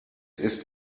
ist